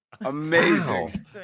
Amazing